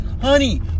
Honey